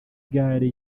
gare